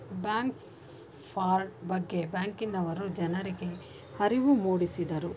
bank fraud ಬಗ್ಗೆ ಬ್ಯಾಂಕಿನವರು ಜನರಿಗೆ ಅರಿವು ಮೂಡಿಸಿದರು